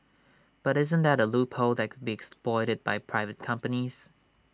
but isn't that A loophole that could be exploited by private companies